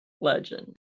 legend